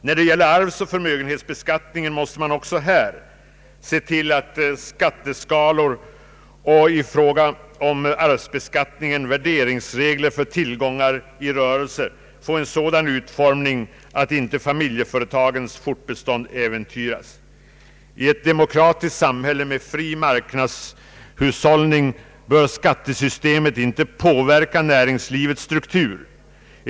När det gäller arvsoch förmögenhetsbeskattningen måste man också se till att skatteskalor och värderingsregler för tillgångar i rörelse får en sådan utformning att inte familjeföretagens fortbestånd äventyras. I ett demokratiskt samhälle med fri marknadshushållning bör skattesystemet inte påverka näringslivets struktur.